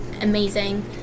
amazing